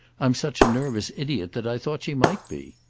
i'm such a nervous idiot that i thought she might be.